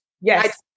Yes